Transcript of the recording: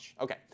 Okay